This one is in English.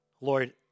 Lord